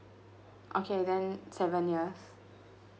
okay then seven years